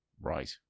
right